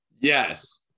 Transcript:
Yes